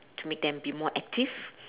to make them be more active